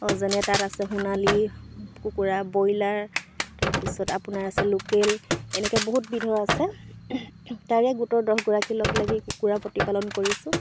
অঁ যেনে তাত আছে সোণালী কুকুৰা ব্ৰইলাৰ তাৰপিছত আপোনাৰ আছে লোকেল এনেকৈ বহুত বিধৰ আছে তাৰে গোটৰ দহগৰাকী লগ লাগি কুকুৰা প্ৰতিপালন কৰিছোঁ